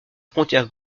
frontière